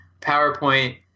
PowerPoint